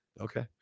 Okay